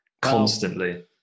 constantly